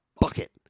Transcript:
bucket